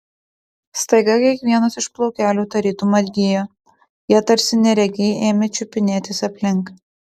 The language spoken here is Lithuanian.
staiga kiekvienas iš plaukelių tarytum atgijo jie tarsi neregiai ėmė čiupinėtis aplink